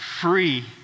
free